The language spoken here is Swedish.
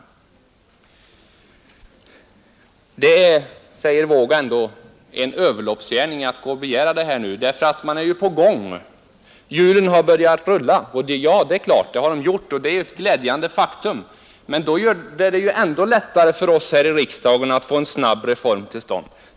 Men det är, säger herr Wååg, ändå en överloppsgärning att begära en utredning, eftersom man är på gång med saken och hjulen har börjat rulla, Ja, det har de gjort, och det är ett glädjande faktum. Men då är det ju lättare för oss här i riksdagen att snabbt få en reform till stånd.